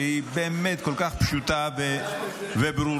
שהיא באמת כל כך פשוטה וברורה,